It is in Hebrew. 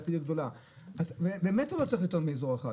זאת עיר גדולה, באמת הוא לא צריך יותר מאזור אחד,